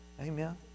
Amen